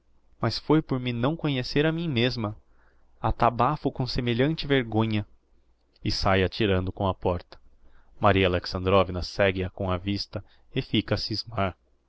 mas foi por me não conhecer a mim mesma atabáfo com semelhante vergonha e sae atirando com a porta maria alexandrovna segue a com a vista e fica